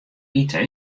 ite